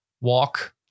walk